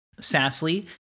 sassly